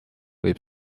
võib